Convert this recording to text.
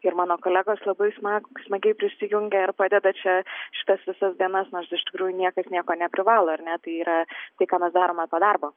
ir mano kolegos labai smag smagiai prisijungia ir padeda čia šitas visas dienas nors iš tikrųjų niekas nieko neprivalo ar ne tai yra tai ką mes darome po darbo